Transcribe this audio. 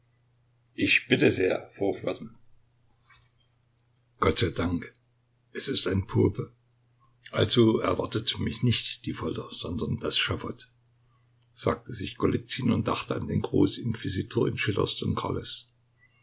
ich bitte sehr hochwürden gott sei dank es ist ein pope also erwartet mich nicht die folter sondern das schafott sagte sich golizyn und dachte an den großinquisitor in schillers don